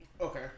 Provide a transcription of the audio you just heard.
Okay